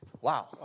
wow